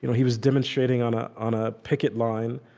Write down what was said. you know he was demonstrating on ah on a picket line,